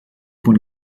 von